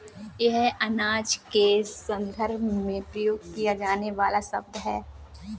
यह अनाज के संदर्भ में प्रयोग किया जाने वाला शब्द है